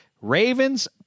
Ravens